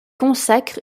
consacre